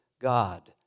God